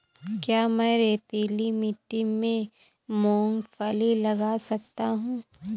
क्या मैं रेतीली मिट्टी में मूँगफली लगा सकता हूँ?